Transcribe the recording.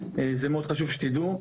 זה מאד חשוב שתדעו.